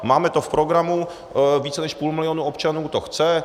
Máme to v programu, více než půl milionu občanů to chce.